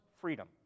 Freedom